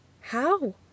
How